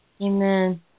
Amen